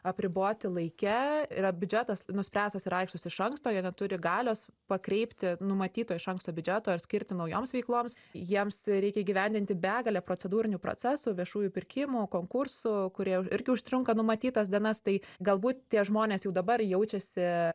apriboti laike yra biudžetas nuspręstas ir aiškus iš anksto ir neturi galios pakreipti numatyto iš anksto biudžeto ar skirti naujoms veikloms jiems reikia įgyvendinti begalę procedūrinių procesų viešųjų pirkimų konkursų kurie irgi užtrunka numatytas dienas tai galbūt tie žmonės jau dabar jaučiasi